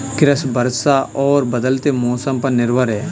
कृषि वर्षा और बदलते मौसम पर निर्भर है